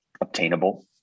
obtainable